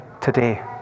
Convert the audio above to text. today